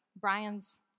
Brian's